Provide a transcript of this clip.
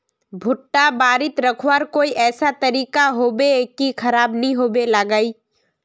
भुट्टा बारित रखवार कोई ऐसा तरीका होबे की खराब नि होबे लगाई?